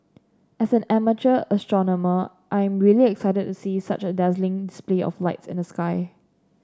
as an amateur astronomer I am really excited to see such a dazzling space of lights in the sky